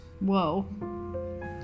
Whoa